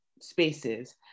spaces